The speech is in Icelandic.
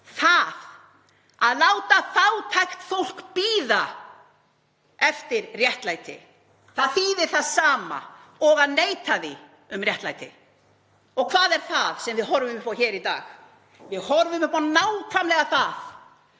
Það að láta fátækt fólk bíða eftir réttlæti, það þýðir það sama og að neita því um réttlæti. Og hvað er það sem við horfum upp á í dag? Við horfum upp á nákvæmlega það